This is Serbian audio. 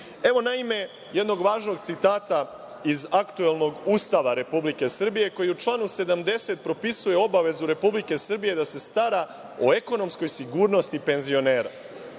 evo jednog važnog citata iz aktuelnog Ustava Republike Srbije, koji u članu 70. propisuje obavezu Republike Srbije da se stara o ekonomskoj sigurnosti penzionera.